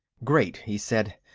great! he said.